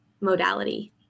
modality